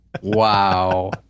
Wow